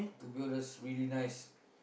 two dollars really nice